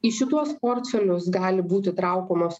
į šituos portfelius gali būti traukomos